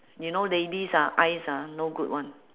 you know ladies ah eyes ah no good [one]